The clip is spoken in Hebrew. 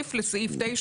ולהוסיף לסעיף 9